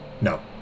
No